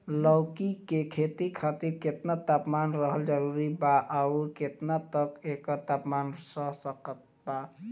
लौकी के खेती खातिर केतना तापमान रहल जरूरी बा आउर केतना तक एकर तापमान सह सकत बा?